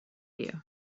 you